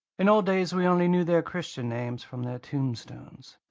in old days we only knew their christian names from their tombstones.